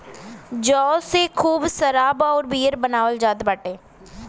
जौ से खूब शराब अउरी बियर बनावल जात बाटे